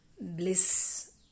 bliss